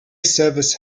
service